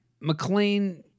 McLean